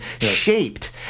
shaped